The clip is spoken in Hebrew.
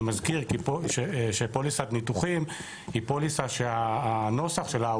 אני מזכיר שפוליסת ניתוחים היא פוליסה שהנוסח שלה,